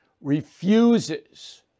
refuses